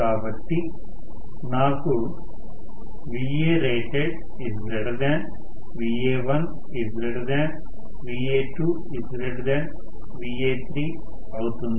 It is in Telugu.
కాబట్టి నాకు VaratedVa1Va2Va3 అవుతుంది